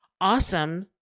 Awesome